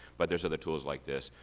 but there's other tools like this.